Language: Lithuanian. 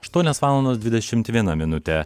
aštuonios valandos dvidešimt viena minutę